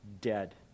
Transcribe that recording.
dead